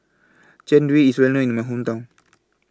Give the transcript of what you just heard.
Jian Dui IS Well known in My Hometown